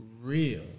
real